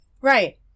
right